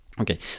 Okay